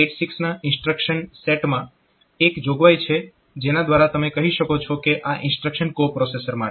અને 8086 ના ઇન્સ્ટ્રક્શન સેટમાં એક જોગવાઈ છે જેના દ્વારા તમે કહી શકો છો કે આ ઇન્સ્ટ્રક્શન્સ કો પ્રોસેસર માટે છે